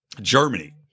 Germany